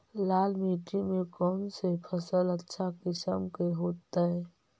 लाल मिट्टी में कौन से फसल अच्छा किस्म के होतै?